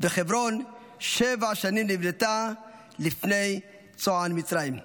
וחברון שבע שנים נבנתה לפני צֹען מצרים".